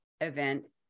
event